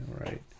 right